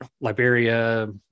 Liberia